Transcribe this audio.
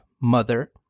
mother